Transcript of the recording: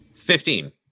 Fifteen